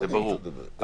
ולתת בדיוק כמו